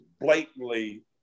blatantly